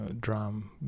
drum